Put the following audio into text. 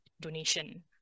donation